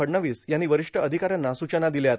फडणवीस यांनी वरिष्ठ अधिकाऱ्यांना सूचना दिल्यात